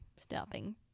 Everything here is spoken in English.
stopping